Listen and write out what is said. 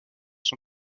son